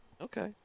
Okay